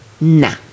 nah